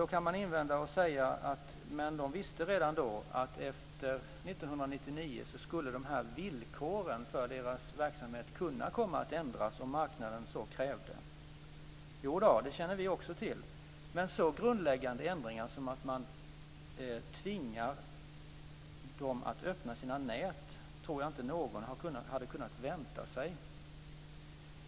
Då kan man invända att de redan då visste att villkoren för deras verksamhet skulle kunna komma att ändras efter 1999, om marknaden så krävde. Jodå - det känner vi också till. Men så grundläggande ändringar som att man tvingar operatörerna att öppna sina nät tror jag inte att någon hade väntat sig.